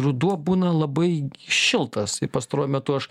ruduo būna labai šiltas pastaruoju metu aš